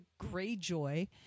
Greyjoy